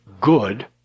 good